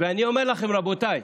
ואני אומר לכם, רבותיי,